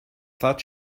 thought